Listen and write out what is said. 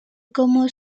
como